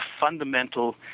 fundamental